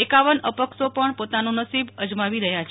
એકાવન અપક્ષો પણ પોતાનું નસીબ અજમાવી રહ્યા છે